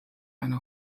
eine